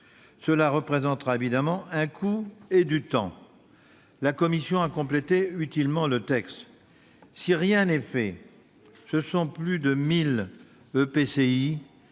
qui représentera évidemment un coût et du temps. La commission a complété utilement le texte. Si rien n'est fait, plus de mille EPCI